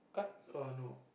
err no